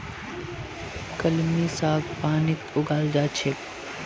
कलमी साग पानीत उगाल जा छेक